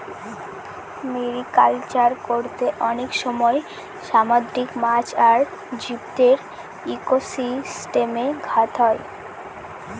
mariculture করতে অনেক সময় সামুদ্রিক মাছ আর জীবদের ইকোসিস্টেমে ঘাত হয়